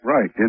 Right